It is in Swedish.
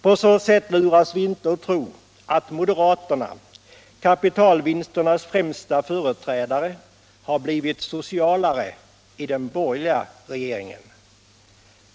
På så sätt luras vi inte att tro att moderaterna, kapitalvinsternas främsta företrädare, har blivit sociala i den borgerliga regeringen.